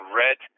red